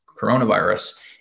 coronavirus